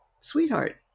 sweetheart